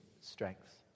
strength